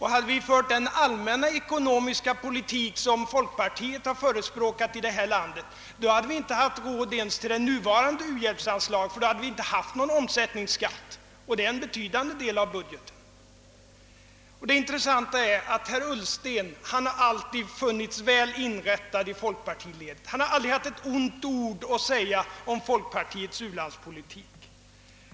Hade vi fört den allmänna ekonomiska politik folkpartiet förespråkat, då skulle vi inte ha haft råd ens till nuvarande uhjälpsanslag, ty då hade vi inte haft någon omsättningsskatt som nu utgör en betydande del av budgeten. Det intressanta är att herr Ullsten alltid funnits väl inrättad i folkpartiledet. Han har aldrig haft ett ont ord att säga om folkpartiets u-landspolitik.